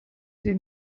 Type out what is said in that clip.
sie